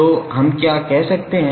तो हम क्या कह सकते हैं